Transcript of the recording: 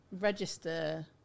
register